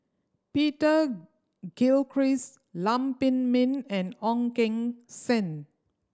Peter Gilchrist Lam Pin Min and Ong Keng Sen